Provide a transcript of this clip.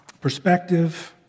perspective